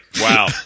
Wow